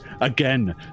Again